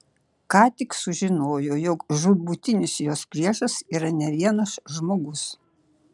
ką tik sužinojo jog žūtbūtinis jos priešas yra ne vienas žmogus